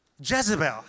Jezebel